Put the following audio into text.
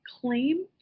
claim